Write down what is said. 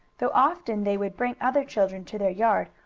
though often they would bring other children to their yard,